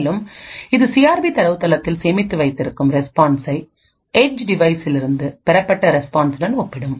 மேலும் இது சிஆர்பி தரவுத்தளத்தில் சேமித்து வைத்திருக்கும் ரெஸ்பான்சை ஏட்ஜ் டிவைசிலிருந்து பெறப்பட்ட ரெஸ்பான்ஸ் உடன் ஒப்பிடும்